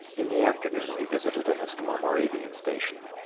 in the afternoon we visited an eskimo moravian station.